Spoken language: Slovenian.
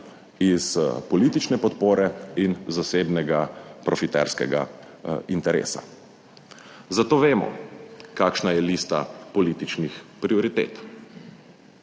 iz politične podpore in zasebnega profiterskega interesa, zato vemo kakšna je lista političnih prioritet.